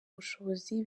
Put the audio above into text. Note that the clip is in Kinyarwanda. ubushobozi